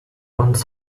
uns